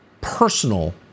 personal